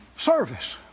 Service